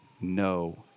no